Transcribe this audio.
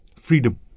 Freedom